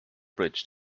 bridge